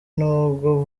n’ubwo